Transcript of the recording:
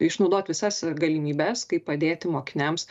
išnaudot visas galimybes kaip padėti mokiniams